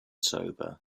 sober